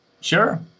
Sure